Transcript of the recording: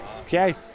Okay